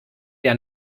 der